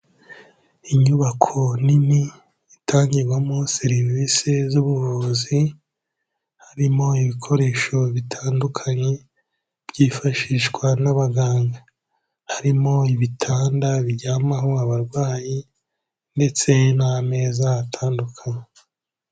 Inyubako nini itangirwamo serivisi z'ubuvuzi harimo ibikoresho bitandukanye byifashishwa n'abaganga. Harimo ibitanda biryamaho abarwayi ndetse n'ameza atandukanye.